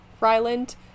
Ryland